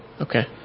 Okay